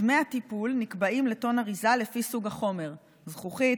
דמי הטיפול נקבעים לטון אריזה לפי סוג החומר: זכוכית,